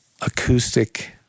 acoustic